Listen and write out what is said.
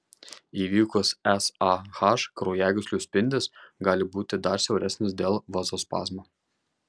įvykus sah kraujagyslių spindis gali būti dar siauresnis dėl vazospazmo